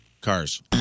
Cars